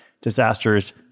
disasters